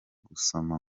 gusoma